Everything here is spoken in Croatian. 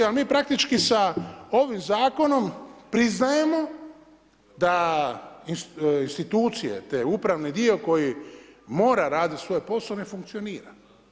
Ali mi praktički sa ovim zakonom priznajemo da institucije taj upravni dio koji mora raditi svoj posao ne funkcionira.